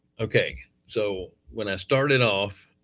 okay. so when i started off,